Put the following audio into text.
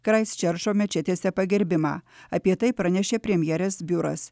kraistčerčo mečetėse pagerbimą apie tai pranešė premjerės biuras